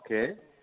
okay